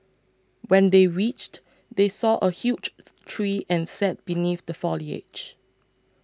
when they reached they saw a huge tree and sat beneath the foliage